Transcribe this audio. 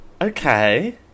Okay